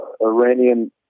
Iranian